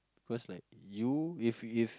cause like you if if